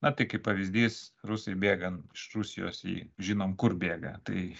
na tai kaip pavyzdys rusai bėga iš rusijos į žinom kur bėga tai